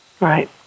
Right